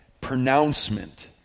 pronouncement